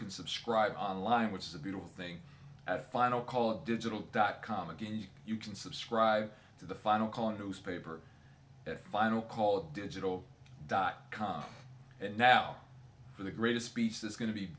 can subscribe online which is a beautiful thing at final call of digital dot com again you can subscribe to the final call newspaper at final call digital dot com and now for the greatest speech that's going to be